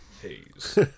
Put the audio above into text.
Haze